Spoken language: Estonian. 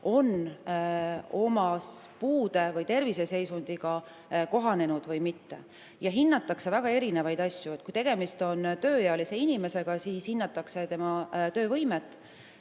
on oma puude või terviseseisundiga kohanenud. Hinnatakse väga erinevaid asju. Kui tegu on tööealise inimesega, siis hinnatakse tema töövõimet.